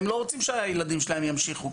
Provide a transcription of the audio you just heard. הם לא רוצים שהילדים שלהם ימשיכו.